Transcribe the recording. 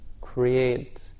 create